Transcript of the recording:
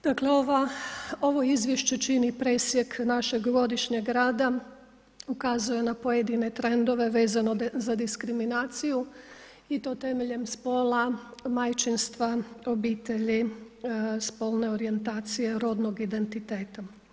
Dakle, ovo Izvješće čini presjek našeg godišnjeg rada, ukazuje na pojedine trendove vezano za diskriminaciju i to temeljem spola, majčinstva, obitelji, spolne orijentacije, rodnog identiteta.